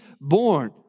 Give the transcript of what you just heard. born